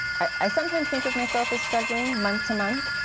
i sometimes think of myself as struggling month-to-month.